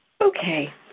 Okay